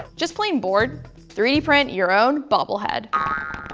just plain bored? three d print your own bobble head. ah